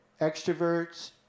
extroverts